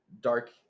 dark